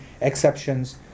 exceptions